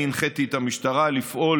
ואני הנחיתי את המשטרה לפעול